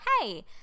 hey